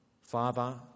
Father